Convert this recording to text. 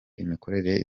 imikorere